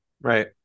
Right